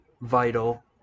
vital